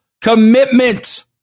commitment